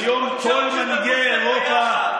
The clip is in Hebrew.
כמו צ'רצ'יל ורוזוולט ביחד.